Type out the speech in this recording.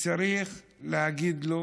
צריך להגיד לו: